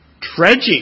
tragic